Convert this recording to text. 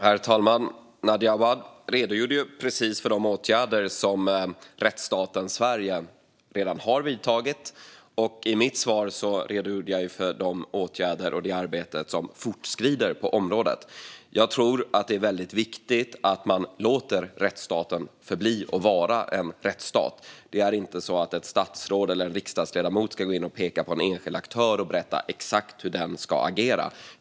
Herr talman! Nadja Awad redogjorde precis för de åtgärder som rättsstaten Sverige redan har vidtagit. I mitt svar redogjorde jag för de åtgärder och det arbete som fortskrider på området. Jag tror att det är viktigt att man låter rättsstaten vara en rättsstat - ett statsråd eller en riksdagsledamot ska inte gå in och peka på en enskild aktör och berätta exakt hur den ska agera.